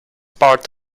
part